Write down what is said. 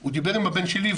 הוא דיבר עם הבן שלי,